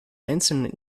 einzelnen